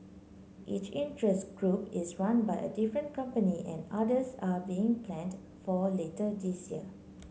each interest group is run by a different company and others are being planned for later this year